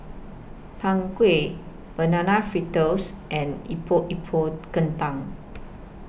Png Kueh Banana Fritters and Epok Epok Kentang